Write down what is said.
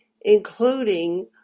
including